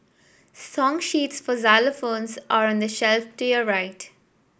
song sheets for xylophones are on the shelf to your right